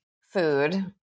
Food